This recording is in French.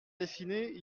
dessiner